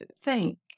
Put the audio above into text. thank